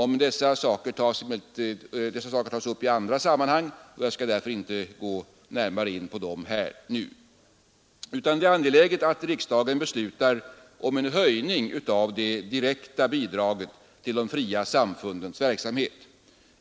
Men dessa saker tas upp i andra sammanhang, och jag skall därför nu inte gå närmare in på dem. Det är angeläget att riksdagen beslutar om en höjning av det direkta bidraget till de fria samfundens verksamhet.